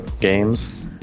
games